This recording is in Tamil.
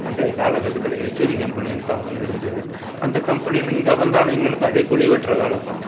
அன்றைய காலக்கட்டத்தில் எஸ்சிடி கம்பெனினு தான் ஒன்று இருந்தது அந்த கம்பெனியில் இங்கே வந்தாலும் எங்களுக்கு அதே குழி வெட்டுற வேலை தான்